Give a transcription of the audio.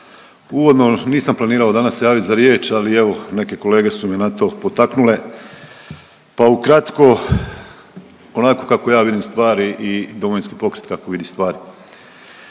Uvodno nisam planirao danas se javiti za riječ, ali evo neke kolege su me na to potaknule, pa ukratko onako kako ja vidim stvari i Domovinski pokret kako vidi stvari.